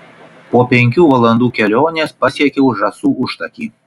po penkių valandų kelionės pasiekiau žąsų užtakį